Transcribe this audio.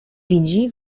widzi